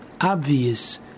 obvious